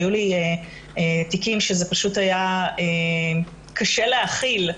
היו לי תיקים שפשוט היה קשה להכיל,